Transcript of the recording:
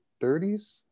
30s